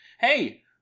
Hey